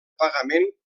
pagament